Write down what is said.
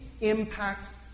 impacts